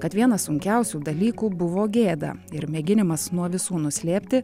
kad vienas sunkiausių dalykų buvo gėda ir mėginimas nuo visų nuslėpti